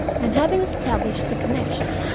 and having established the connection,